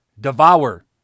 devour